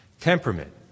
Temperament